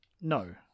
No